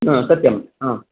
आ सत्यम् आ